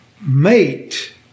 mate